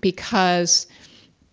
because